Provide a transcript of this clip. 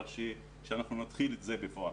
אבל שאנחנו נתחיל את זה בפועל.